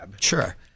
sure